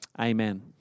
Amen